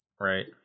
Right